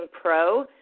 Pro